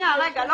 שנייה רגע.